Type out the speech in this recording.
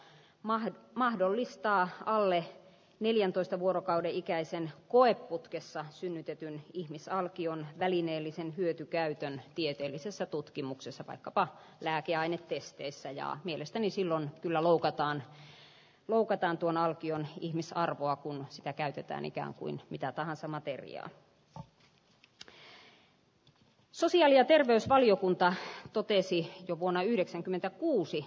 maan mahdollista alle neljäntoista vuorokauden ikäisen koeputkessa synnytetyn ihmisalkion välineellisen hyötykäytön tieteellisessä tutkimuksessa vaikkapa lääkeaine pisteissä ja mielestäni silloin kyllä loukataan loukataan tuon alkion ihmisarvoa kun sitä käytetään ikäänkuin mikä tahansa materia tv sarja terveysvaliokunta aho totesi jo vuonna yhdeksänkymmentäkuusi